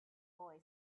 boy